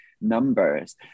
numbers